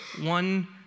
one